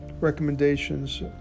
recommendations